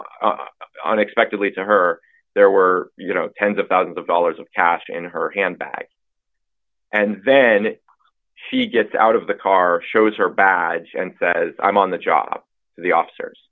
unexpectedly to her there were you know tens of thousands of dollars of cash in her handbag and then she gets out of the car shows her badge and says i'm on the job the officers